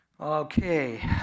Okay